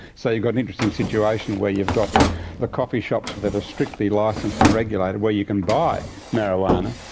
so you've got an interesting situation where you've got the coffee shops that are strictly licensed and regulated where you can buy marijuana,